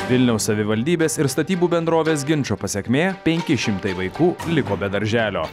vilniaus savivaldybės ir statybų bendrovės ginčo pasekmė penki šimtai vaikų liko be darželio